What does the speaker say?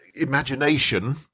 imagination